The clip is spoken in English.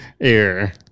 air